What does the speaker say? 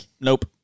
Nope